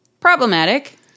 problematic